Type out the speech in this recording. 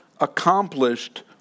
accomplished